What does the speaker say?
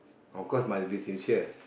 of course must be sincere